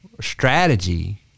strategy